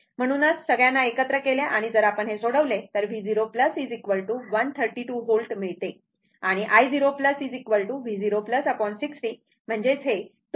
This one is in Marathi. तर म्हणूनच सगळ्यांना एकत्र केले आणि जर आपण हे सोडवले तर V 0 132 व्होल्ट मिळते आणि i 0 V 0 60 2